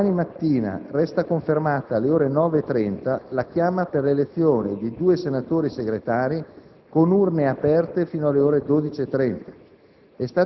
Domani mattina resta confermata alle ore 9,30 la chiama per l'elezione di due senatori Segretari, con urne aperte fino alle ore 12,30.